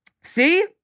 See